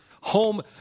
home